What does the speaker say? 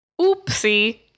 Oopsie